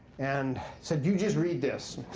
and said, you just read this.